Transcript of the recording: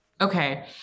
Okay